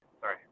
Sorry